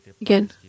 Again